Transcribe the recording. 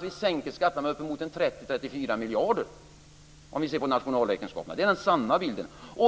Vi sänker skatterna med uppemot 30-34 miljarder om vi ser på nationalräkenskaperna. Det är den sanna bilden.